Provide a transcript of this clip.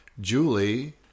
Julie